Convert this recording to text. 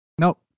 Nope